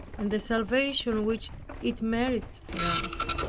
and the salvation which it merits for us,